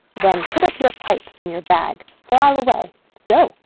then put up your pipes in your bag, for i'll away go,